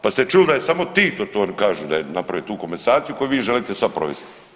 Pa ste čuli da je samo Tito to kažu da je napravio tu komasaciju koju vi želite sad provesti.